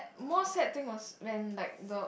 more sad thing was when like the